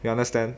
you understand